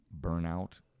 burnout